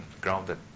grounded